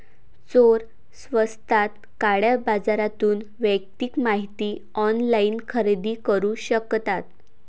चोर स्वस्तात काळ्या बाजारातून वैयक्तिक माहिती ऑनलाइन खरेदी करू शकतात